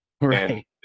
Right